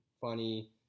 funny